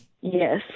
yes